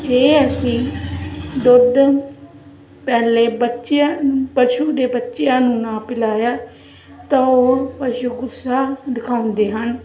ਜੇ ਅਸੀਂ ਦੁੱਧ ਪਹਿਲੇ ਬੱਚਿਆਂ ਪਸ਼ੂ ਦੇ ਬੱਚਿਆਂ ਨੂੰ ਨਾ ਪਿਲਾਇਆ ਤਾਂ ਉਹ ਪਸ਼ੂ ਗੁੱਸਾ ਦਿਖਾਉਂਦੇ ਹਨ